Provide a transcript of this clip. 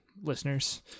listeners